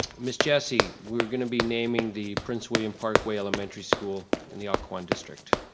miss jessie, we're gonna be naming the prince william parkway elementary school, in the occoquan district.